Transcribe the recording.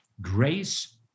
Grace